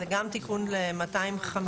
זה גם תיקון ל-256